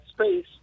space